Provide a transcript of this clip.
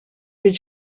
did